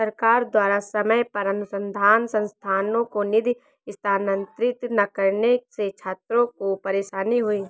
सरकार द्वारा समय पर अनुसन्धान संस्थानों को निधि स्थानांतरित न करने से छात्रों को परेशानी हुई